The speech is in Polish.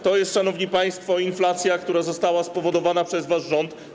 To jest, szanowni państwo, inflacja, która została spowodowana przez wasz rząd.